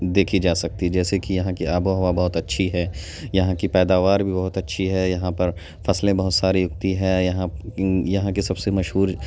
دیکھی جا سکتی جیسے کی یہاں کے آب و ہوا بہت اچھی ہے یہاں کی پیداوار بھی بہت اچھی ہے یہاں پر فصلیں بہت ساری اگتی ہیں یہاں یہاں کے سب سے مشہور